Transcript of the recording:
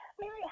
Mary